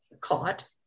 caught